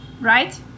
right